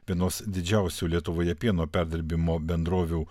vienos didžiausių lietuvoje pieno perdirbimo bendrovių